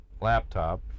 laptop